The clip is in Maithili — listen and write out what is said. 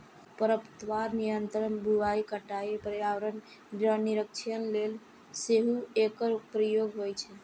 खरपतवार नियंत्रण, बुआइ, कटाइ, पर्यावरण निरीक्षण लेल सेहो एकर प्रयोग होइ छै